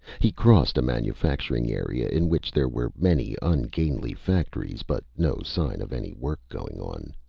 he crossed a manufacturing area, in which there were many ungainly factories but no sign of any work going on.